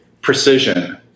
precision